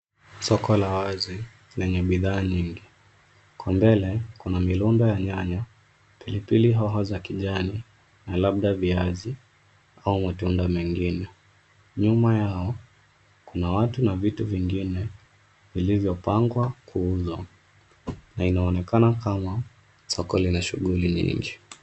Soko la wazi lenye bidhaa nyingi. Kwa mbele kuna mirundo ya nyanya, pilipili hoho za kijani na labda viazi au matunda mengine. Nyuma yao kuna watu na vitu vingine vilivyopangwa kuuzwa na inaonekana kama soko lina shughuli nyingi.